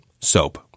soap